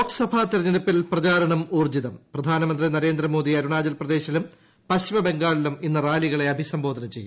ലോക സഭാ തെരഞ്ഞെടുപ്പിൽ പ്രചാരണം ഉൌർജ്ജിതം പ്രധാനമന്ത്രി നരേന്ദ്രമോദി അരുണാചൽ പ്രദേശിലും പശ്ചിമബംഗാളിലും ഇന്ന് റാലികളെ അഭിസംബോധന ചെയ്യും